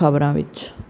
ਖਬਰਾਂ ਵਿੱਚ